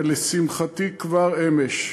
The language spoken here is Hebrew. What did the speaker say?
ולשמחתי כבר אמש,